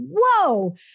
whoa